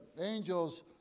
angels